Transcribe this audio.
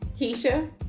Keisha